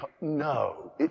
no